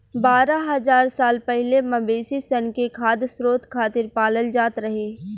बारह हज़ार साल पहिले मवेशी सन के खाद्य स्रोत खातिर पालल जात रहे